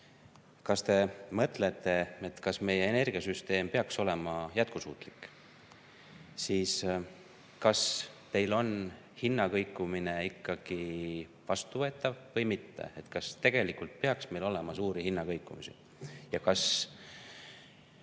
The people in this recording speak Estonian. Kas te mõtlete, kas meie energiasüsteem peaks olema jätkusuutlik? Kas teile on hinnakõikumine ikkagi vastuvõetav või mitte? Kas meil tegelikult peaks olema suuri hinnakõikumisi? Ja kui